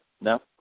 no